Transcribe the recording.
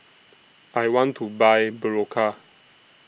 I want to Buy Berocca